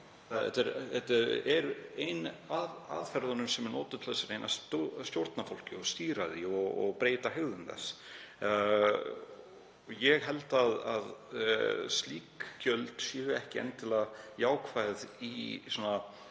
og er ein aðferð sem er notuð til þess að reyna að stjórna fólki og stýra því og breyta hegðun. Ég held að slík gjöld séu ekki endilega jákvæð í